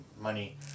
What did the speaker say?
money